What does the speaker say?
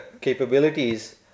capabilities